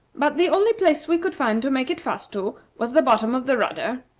but the only place we could find to make it fast to was the bottom of the rudder.